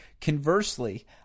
conversely